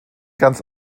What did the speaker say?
ganz